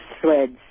threads